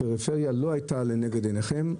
הפריפריה לא הייתה לנגד עיניכם.